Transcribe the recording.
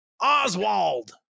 Oswald